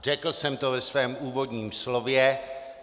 Řekl jsem to ve svém úvodním slově.